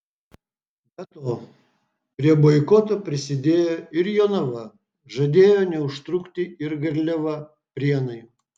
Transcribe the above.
be to prie boikoto prisidėjo ir jonava žadėjo neužtrukti ir garliava prienai